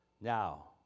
Now